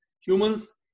humans